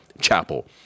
chapel